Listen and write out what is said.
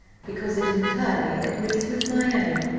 because it entirely agrees with my own.